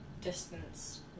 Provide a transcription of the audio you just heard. distance